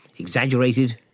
exaggerated,